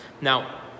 Now